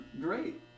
great